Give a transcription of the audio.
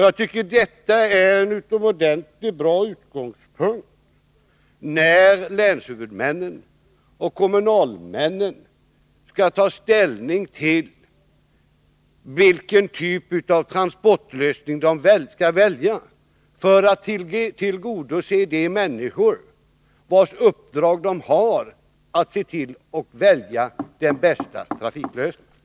Jag tycker detta är en utomordentligt bra utgångspunkt när länshuvudmännen och kommunalmännen skall ta ställning till vilken typ av transportlösning de skall välja för att tillgodose önskemålen från de människor, vilkas uppdrag de har att välja den bästa trafiklösningen.